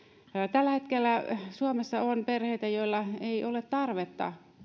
tällä hetkellä suomessa on perheitä joilla ei ole tarvetta